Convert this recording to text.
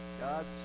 God's